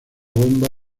bomba